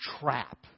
trap